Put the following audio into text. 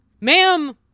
ma'am